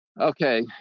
Okay